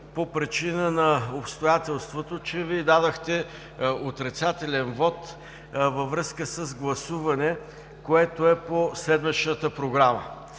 по причина на обстоятелството, че Вие дадохте отрицателен вот във връзка с гласуване, което е по седмичната програма.